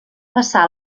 passà